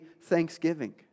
thanksgiving